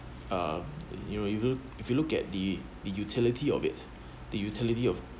uh you know you look if you look at the the utility of it the utility of